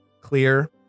clear